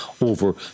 over